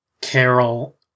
Carol